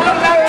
הוא לא קשור.